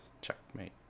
checkmate